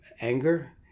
anger